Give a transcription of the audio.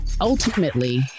ultimately